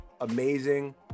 amazing